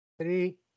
three